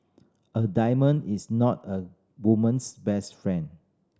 a diamond is not a woman's best friend